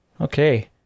Okay